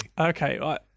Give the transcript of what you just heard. Okay